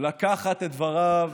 לקחת את דבריו